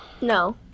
No